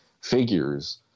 figures